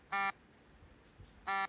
ಗೇರುಬೀಜದ ಬೆಳೆಗೆ ಕೆಂಪು ಮಣ್ಣು ಒಳ್ಳೆಯದಾ?